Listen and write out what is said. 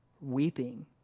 weeping